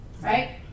right